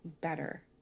better